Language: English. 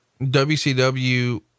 WCW